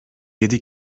yedi